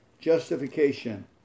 justification